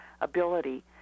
ability